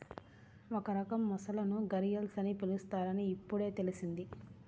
ఒక రకం మొసళ్ళను ఘరియల్స్ అని పిలుస్తారని ఇప్పుడే తెల్సింది